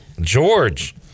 george